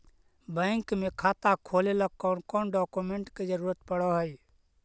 Bank में खाता खोले ल कौन कौन डाउकमेंट के जरूरत पड़ है?